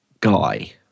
guy